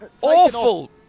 awful